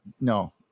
No